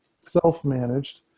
self-managed